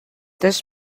this